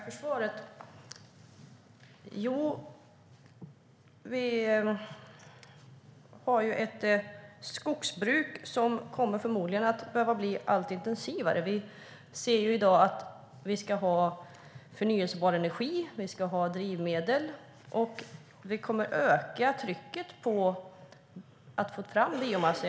Herr talman! Sverige har ett skogsbruk som förmodligen kommer att behöva bli allt intensivare. Det ska finnas förnybar energi och drivmedel. Det kommer att öka trycket på att få fram biomassa.